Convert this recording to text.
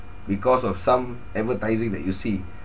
because of some advertising that you see